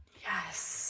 Yes